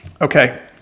Okay